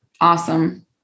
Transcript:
awesome